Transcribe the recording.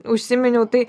užsiminiau tai